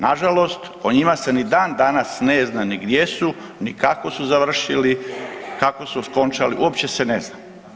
Nažalost, o njima se ni dandanas ne zna ni gdje ni kako su završili, kako se okončali, uopće se ne zna.